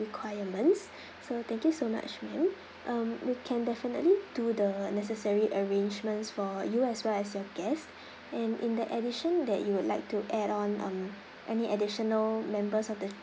requirements so thank you so much ma'am um we can definitely do the necessary arrangements for you as well as your guests and in the addition that you would like to add on um any additional members of the